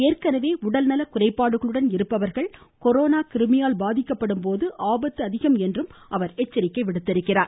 ஏற்கனவே உடல்நலக் குறைபாடுகளுடன் இருப்பவர்கள் கொரோனா கிருமியால் பாதிக்கப்படும்போது ஆபத்து அதிகம் என்று அவர் எச்சரித்தார்